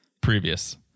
previous